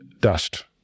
dust